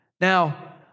Now